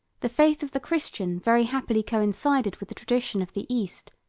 the faith of the christian very happily coincided with the tradition of the east,